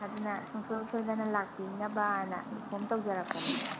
ꯑꯗꯨꯅ ꯁꯨꯡꯁꯣꯏ ꯁꯣꯏꯗꯅ ꯂꯥꯛꯄꯤꯅꯕꯅ ꯏꯝꯐꯣꯝ ꯇꯧꯖꯔꯛꯄꯅꯤ